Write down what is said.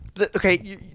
Okay